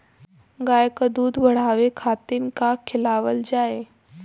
गाय क दूध बढ़ावे खातिन का खेलावल जाय?